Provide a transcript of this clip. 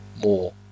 more